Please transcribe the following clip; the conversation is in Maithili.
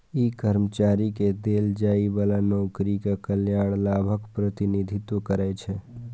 ई कर्मचारी कें देल जाइ बला नौकरीक कल्याण लाभक प्रतिनिधित्व करै छै